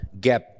gap